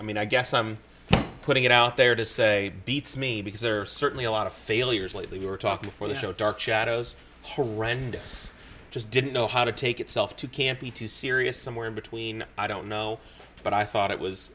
i mean i guess i'm putting it out there to say beats me because there are certainly a lot of failures lately we were talking before the show dark shadows horrendous just didn't know how to take itself too can't be too serious somewhere in between i don't know but i thought it was